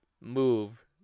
move